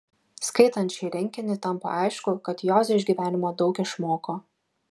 skaitant šį rinkinį tampa aišku kad joze iš gyvenimo daug išmoko